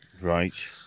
Right